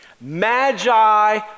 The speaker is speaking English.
Magi